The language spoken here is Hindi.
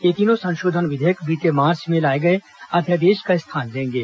ये तीनों संशोधन विधेयक बीते मार्च में लाए अध्यादेश का स्थान लेंगे